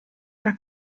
era